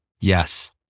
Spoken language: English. Yes